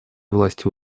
власти